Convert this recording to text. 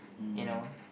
you know